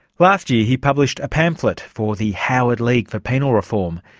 last year he published a pamphlet for the howard league for penal reform.